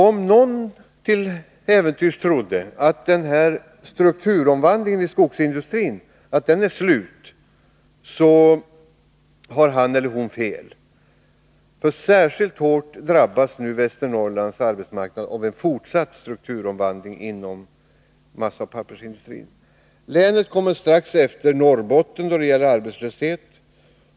Om någon till äventyrs trodde att den s.k. strukturomvandlingen i skogsindustrin är slut, så har han eller hon fel. Särskilt hårt drabbas nu Västernorrlands arbetsmarknad av en fortsatt strukturomvandling inom massaoch pappersindustrin. Länet kommer strax efter Norrbotten då det gäller arbetslöshet.